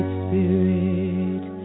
spirit